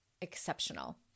exceptional